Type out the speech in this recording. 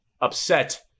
upset